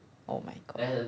oh my god